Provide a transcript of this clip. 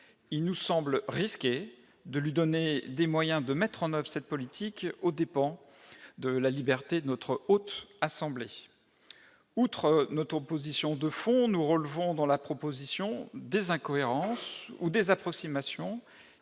il nous semble risquer de lui donner des moyens de mettre en oeuvre cette politique aux dépens de la liberté de notre haute assemblée outre notre position de fond nous relevons dans la proposition des incohérences ou des approximations